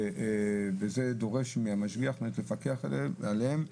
זה דורש מהמשגיח לפקח עליהם,